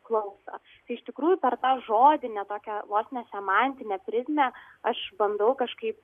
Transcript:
klausą tai iš tikrųjų per tą žodinę tokią vos ne semantinę prizmę aš bandau kažkaip